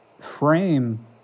frame